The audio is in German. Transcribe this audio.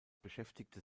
beschäftigte